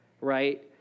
right